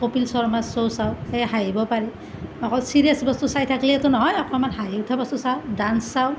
কপিল শৰ্মাৰ শ্বো' চাওঁ সেই হাঁহিব পাৰি অকল চিৰিয়াচ বস্তু চাই থাকিলেতো নহয় অকণমান হাঁহি উঠা বস্তু চাওঁ ডান্স চাওঁ